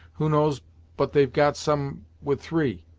who knows but they've got some with three,